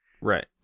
Right